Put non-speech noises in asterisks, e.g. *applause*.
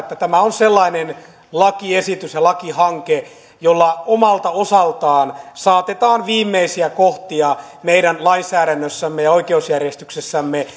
*unintelligible* että tämä on sellainen lakiesitys ja lakihanke jolla omalta osaltaan saatetaan viimeisiä kohtia meidän lainsäädännössämme ja oikeusjärjestyksessämme *unintelligible*